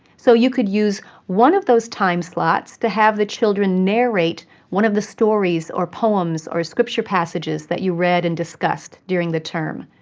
so you could use one of those time slots to have the children narrate one of the stories or poems or scripture passages that you read and discussed during the term.